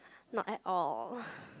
not at all